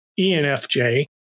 ENFJ